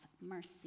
mercy